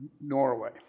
Norway